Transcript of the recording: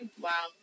Wow